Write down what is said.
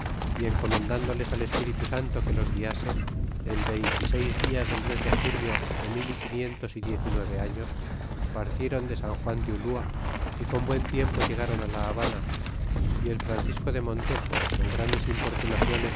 y encomendándoles al espíritu santo que los guiase en veinte y seis dial del mes de julio de mil y quinientos y diez y nueve años partieron de san juan de ulua y con buen tiempo llegaron á la habana y el francisco de montejo con grandes